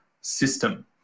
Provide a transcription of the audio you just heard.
system